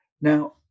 Now